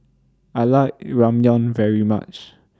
I like Ramyeon very much